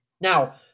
Now